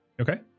Okay